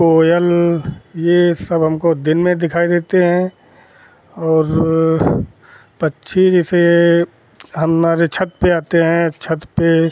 कोयल यह सब हमको दिन में दिखाई देते हैं और जो पक्षी जैसे हमारी छत पर आते हैं छत पर